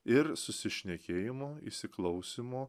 ir susišnekėjimo įsiklausymo